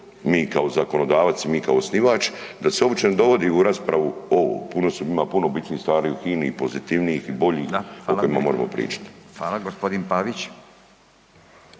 mi kao zakonodavac, mi kao osnivač da se uopće ne dovodi u raspravu ovo, ima puno bitnijih stvari u HINA-i i pozitivnijih i boljih o kojima moramo pričat.